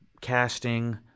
casting